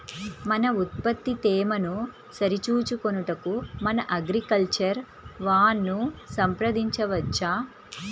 మన ఉత్పత్తి తేమను సరిచూచుకొనుటకు మన అగ్రికల్చర్ వా ను సంప్రదించవచ్చా?